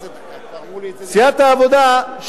סיעת העבודה,